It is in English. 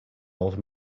old